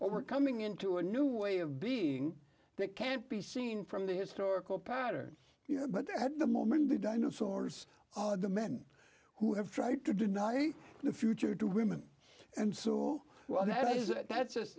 we're coming into a new way of being that can't be seen from the historical pattern you know but at the moment the dinosaurs the men who have tried to deny the future to women and so well that is that's just